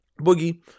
boogie